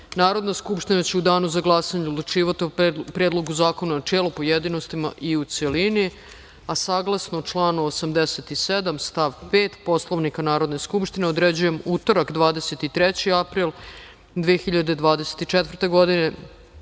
Narodna skupština će u danu za glasanje odlučivati o Predlogu zakona u načelu, pojedinostima i u celini. Saglasno članu 87. stav 5. Poslovnika Narodne skupštine, određujem utorak 23. april 2024. godine,